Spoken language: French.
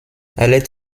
allait